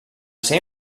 seva